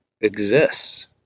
exists